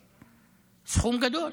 הגיוני?) זה סכום גדול.